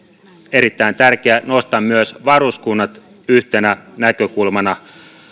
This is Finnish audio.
erittäin tärkeää nostan myös varuskunnat yhtenä näkökulmana